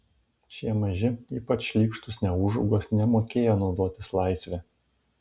šie maži ypač šlykštūs neūžaugos nemokėjo naudotis laisve